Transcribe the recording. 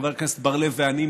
חבר הכנסת בר-לב ואני,